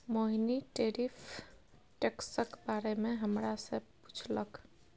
मोहिनी tariff टैक्सक बारे मे हमरा सँ पुछलक